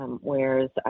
Whereas